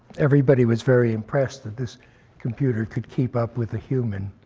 everybody was very impressed that this computer could keep up with a human.